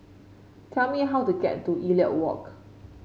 tell me how to get to Elliot Walk